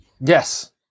Yes